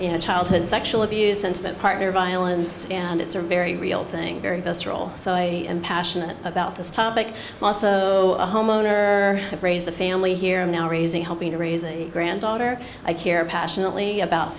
previous childhood sexual abuse sentiment partner violence and it's a very real thing very best role so i am passionate about this topic also a homeowner have raised a family here i'm now raising helping to raise a granddaughter i care passionately about